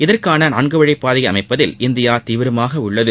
இதற்கான நான்குவழி பாதையை அமைப்பதில் இந்தியா தீவிரமாகவுள்ளது